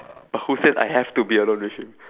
who said I have to be alone with him